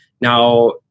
Now